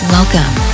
Welcome